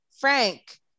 Frank